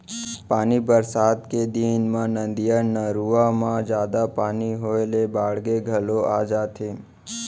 पानी बरसात के दिन म नदिया, नरूवा म जादा पानी होए ले बाड़गे घलौ आ जाथे